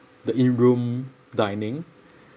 the in room dining